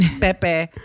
Pepe